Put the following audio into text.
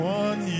one